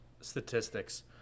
statistics